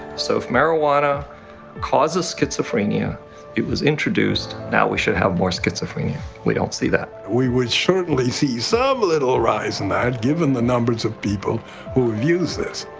so if marijuana causes schizophrenia it was introduced now we should have more schizophrenia. we don't see that. we would certainly see some little rise in that given the numbers of people who use this.